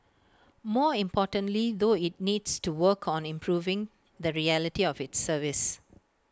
more importantly though IT needs to work on improving the reality of its service